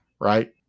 right